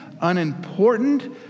unimportant